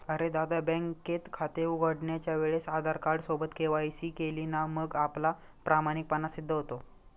अरे दादा, बँकेत खाते उघडण्याच्या वेळेस आधार कार्ड सोबत के.वाय.सी केली ना मग आपला प्रामाणिकपणा सिद्ध होतो